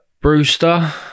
Brewster